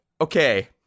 Okay